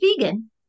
vegan